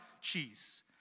cheese